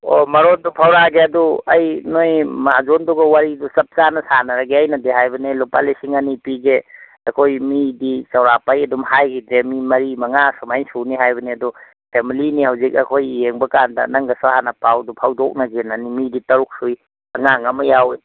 ꯑꯣ ꯃꯔꯣꯟꯗꯨ ꯐꯥꯎꯔꯛꯑꯒꯦ ꯑꯗꯨ ꯑꯩ ꯅꯣꯏ ꯃꯍꯥꯖꯣꯟꯗꯨꯒ ꯋꯥꯔꯤꯗꯨ ꯆꯞ ꯆꯥꯅ ꯁꯥꯟꯅꯔꯒꯦ ꯑꯩꯅꯗꯤ ꯍꯥꯏꯕꯅꯦ ꯂꯨꯄꯥ ꯂꯤꯁꯤꯡ ꯑꯅꯤ ꯄꯤꯒꯦ ꯑꯩꯈꯣꯏ ꯃꯤꯗꯤ ꯆꯧꯔꯥꯛꯄ ꯑꯩ ꯑꯗꯨꯝ ꯍꯥꯏꯒꯤꯗ꯭ꯔꯦ ꯃꯤ ꯃꯔꯤ ꯃꯉꯥ ꯁꯨꯃꯥꯏꯅ ꯁꯨꯅꯤ ꯍꯥꯏꯕꯅꯦ ꯑꯗꯣ ꯐꯦꯃꯂꯤꯅꯤ ꯍꯧꯖꯤꯛ ꯑꯩꯈꯣꯏ ꯌꯦꯡꯕ ꯀꯥꯟꯗ ꯅꯪꯒꯁꯨ ꯍꯥꯟꯅ ꯄꯥꯎꯗꯨ ꯐꯥꯎꯗꯣꯛꯅꯁꯦꯅꯅꯤ ꯃꯤꯗꯤ ꯇꯔꯨꯛ ꯁꯨꯏ ꯑꯉꯥꯡ ꯑꯃ ꯌꯥꯎꯏ